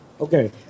Okay